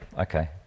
Okay